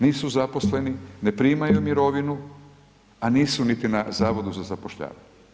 Nisu zaposleni, ne primaju mirovinu, a nisu niti na Zavodu za zapošljavanje.